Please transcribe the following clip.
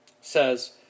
says